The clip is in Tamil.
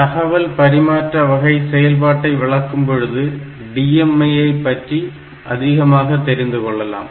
தகவல் பரிமாற்ற வகை செயல்பாட்டை விளக்கும் பொழுது DMA ஐ பற்றி அதிகமாக தெரிந்து கொள்ளலாம்